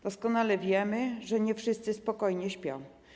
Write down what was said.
Doskonale wiemy, że nie wszyscy spokojnie śpią.